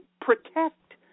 protect